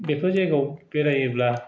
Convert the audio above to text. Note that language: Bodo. बेफोर जायगायाव बेरायोब्ला